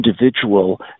individual